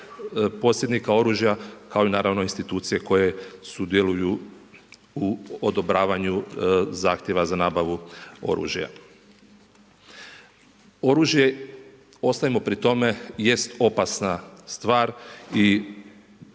posjednika oružja, kao i naravno institucije koje sudjeluju u odobravanju zahtjeva za nabavu oružja. Oružje ostaje pri tome jest opasna stvar i